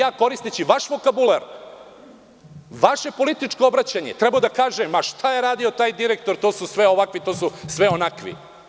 Sada bih koristeći vaš vokabular, vaše političko obraćanje trebao da kažem – pa šta je radio taj direktor, to su sve ovakvi, to su sve onakvi.